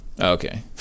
okay